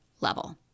level